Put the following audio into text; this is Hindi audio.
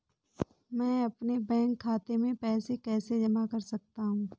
मैं अपने बैंक खाते में पैसे कैसे जमा कर सकता हूँ?